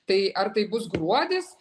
tai ar tai bus gruodis